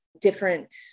different